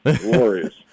Glorious